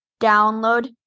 Download